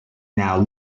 now